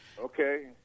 Okay